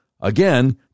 again